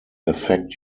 affect